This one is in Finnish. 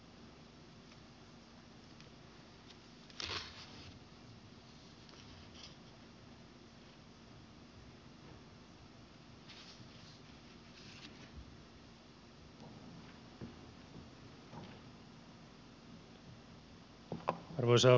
arvoisa puhemies